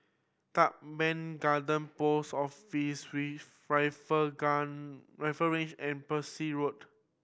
Teban Garden Post Office Rifle Gang Rifle Range and Peirce Road